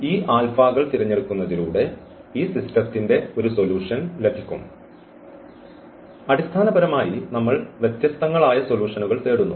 ഈ ആൽഫകൾ തിരഞ്ഞെടുക്കുന്നതിലൂടെ ഈ സിസ്റ്റത്തിന്റെ ഒരു സൊലൂഷൻ ലഭിക്കും അടിസ്ഥാനപരമായി നമ്മൾ വ്യത്യസ്തങ്ങളായ സൊലൂഷൻകൾ തേടുന്നു